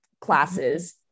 classes